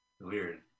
Weird